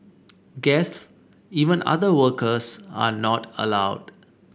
guests even other workers are not allowed